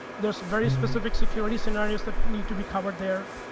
there's very specific security scenarios that need to be covered there.